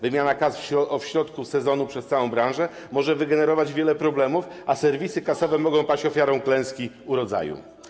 Wymiana kas w środku sezonu przez całą branżę może wygenerować wiele problemów, a serwisy kasowe mogą paść ofiarą klęski urodzaju.